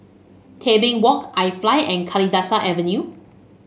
Tebing Walk IFly and Kalidasa Avenue